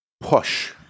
Push